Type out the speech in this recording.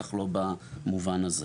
בטח לא במובן הזה.